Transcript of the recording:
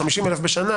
50,000 בשנה,